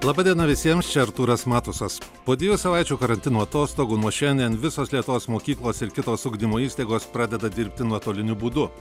laba diena visiems čia artūras matusas po dviejų savaičių karantino atostogų nuo šiandien visos lietuvos mokyklos ir kitos ugdymo įstaigos pradeda dirbti nuotoliniu būdu